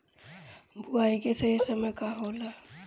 बुआई के सही समय का होला?